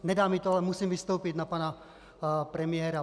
Nedá mi to, ale musím vystoupit na pana premiéra.